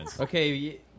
Okay